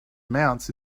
amounts